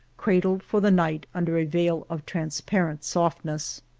cradled for the night under a veil of trans parent softness.